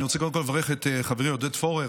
אני רוצה קודם כול לברך את חברי עודד פורר,